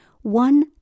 one